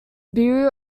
bureau